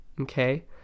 Okay